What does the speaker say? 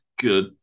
good